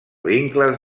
vincles